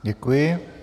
Děkuji.